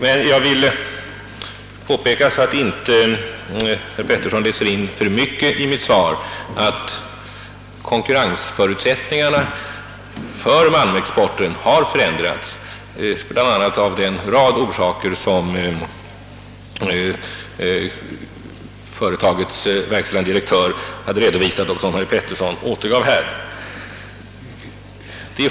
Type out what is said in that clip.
Men jag vill påpeka, så att inte herr Petersson läser in för mycket i mitt svar, att konkurrensförutsättningarna för malmexporten har förändrats, bl.a. av den rad orsaker som företagets verkställande direktör redovisat och som herr Petersson här återgav.